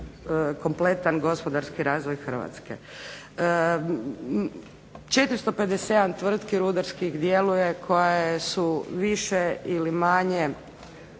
kompletan gospodarski razvoj Hrvatske. 457 tvrtki rudarskih djeluje koje su više ili manje,